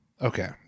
Okay